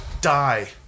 die